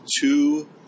two